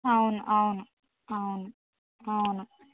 అవును అవును అవును అవును